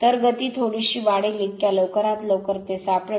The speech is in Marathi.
तर गती थोडीशी वाढेल इतक्या लवकरात लवकर ते सापडेल